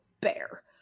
bear